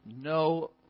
no